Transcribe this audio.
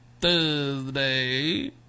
Thursday